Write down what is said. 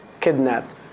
kidnapped